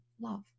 love